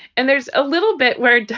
and there's a little bit where,